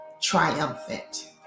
triumphant